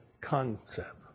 concept